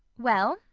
well,